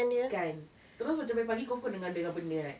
kan terus macam pagi-pagi confirm kau dengar benda-benda kan